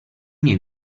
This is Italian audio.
miei